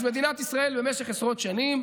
אז מדינת ישראל במשך עשרות שנים,